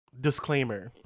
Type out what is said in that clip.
disclaimer